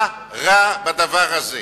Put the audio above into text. מה רע בדבר הזה?